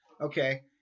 okay